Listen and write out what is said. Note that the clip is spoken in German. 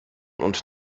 und